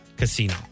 Casino